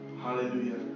Hallelujah